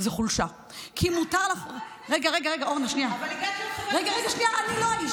זו חולשה, כי מותר לך, הגעת להיות חברת כנסת.